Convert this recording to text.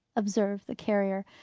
observed the carrier,